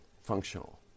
functional